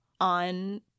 on